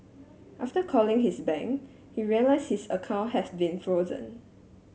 after calling his bank he realise his account has been frozen